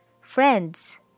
friends